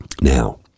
Now